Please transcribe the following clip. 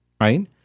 right